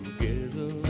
together